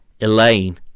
elaine